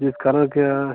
जिस कारण क्या